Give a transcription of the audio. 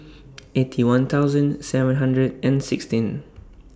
Eighty One thousand seven hundred and sixteen